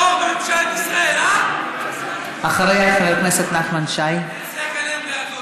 מוסי, אתה משווה ארגון טרור